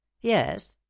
Yes